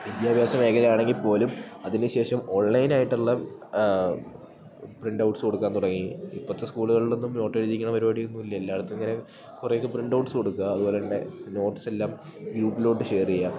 വിദ്യാഭ്യാസ മേഖലയാണങ്കി പോലും അതിനു ശേഷം ഓൺലൈനായിട്ടുള്ള പ്രിൻറ്റൗട്സ് കൊടുക്കാൻ തൊടങ്ങി ഇപ്പത്തെ സ്കൂളുകളിലൊന്നും നോട്ടെഴുതിക്കുന്ന പരിപാടി ഒന്നൂല്ല എല്ലാടത്തുഇങ്ങനെ കൊറേക്കെ പ്രിൻ്റ് ഔട്ട്സ് കൊടുക്കുക അതുപോലന്നെ നോട്ട്സെല്ലാം ഗ്രൂപ്പിലോട്ട് ഷെയറേയ്യാം